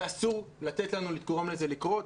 אסור לנו לגרום לזה לקרות.